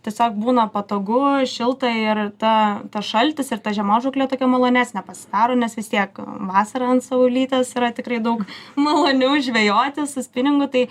tiesiog būna patogu šilta ir ta tas šaltis ir ta žiemos žūklė tokia malonesnė pasidaro nes vis tiek vasarą ant saulytės yra tikrai daug maloniau žvejoti su spiningu tai